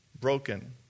broken